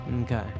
Okay